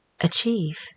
achieve